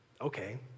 okay